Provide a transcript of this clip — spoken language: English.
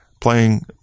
playing